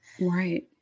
Right